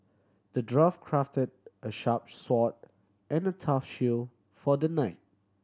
the dwarf crafted a sharp sword and a tough shield for the knight